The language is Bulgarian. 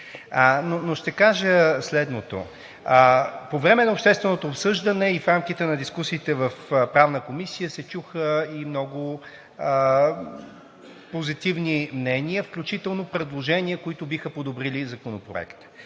Ще кажа следното: по време на общественото обсъждане и в рамките на дискусиите в Правната комисия се чуха и много позитивни мнения, включително предложения, които биха подобрили Законопроекта.